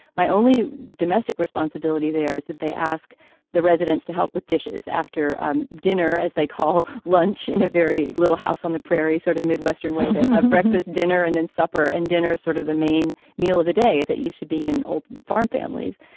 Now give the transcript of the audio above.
my only domestic responsibility there is that they ask the residents to help with dishes after ah dinner as they call lunch in a very little house on the prairie sort of midwestern winter breakfast dinner and then supper and dinner as sort of the main meal of the day as it used to be an old farm families.